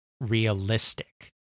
realistic